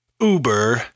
Uber